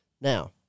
Now